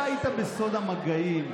אתה היית בסוד המגעים.